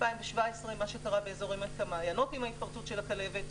מה שקרה ב-2017 בעמק המעיינות עם ההתפרצות של הכלבת,